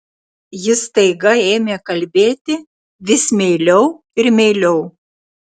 ji staiga ėmė kalbėti vis meiliau ir meiliau